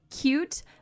cute